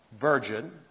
virgin